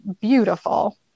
beautiful